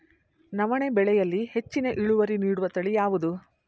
ನವಣೆ ಬೆಳೆಯಲ್ಲಿ ಹೆಚ್ಚಿನ ಇಳುವರಿ ನೀಡುವ ತಳಿ ಯಾವುದು?